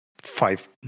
five